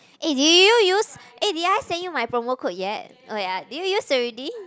eh did you use eh did I send you my promo code yet oh ya did you use already